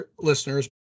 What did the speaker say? listeners